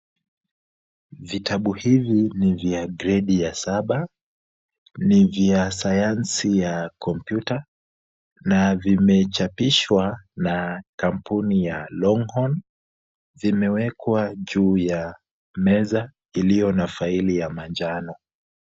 Vitabu hivi ni vya gredi ya saba, ni vya sayansi ya kompyuta na vimechapishwa na kampuni ya Longhorn, vimewekwa juu ya meza iliyo na faili ya manjano.